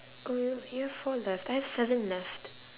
oh you you have four left I have seven left